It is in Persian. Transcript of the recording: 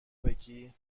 بگی